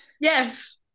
Yes